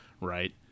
right